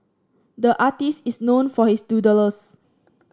the artist is known for his doodles